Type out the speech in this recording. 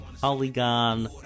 Polygon